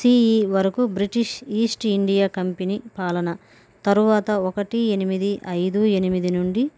CE వరకు British East India Company పాలన తరువాత ఒకటి ఎనిమిది ఐదు ఎనిమిది నుండి